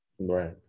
Right